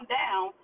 down